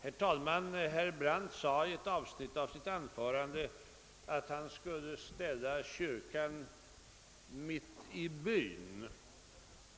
Herr talman! Herr Brandt sade i sitt anförande att han skulle ställa kyrkan mitt i byn.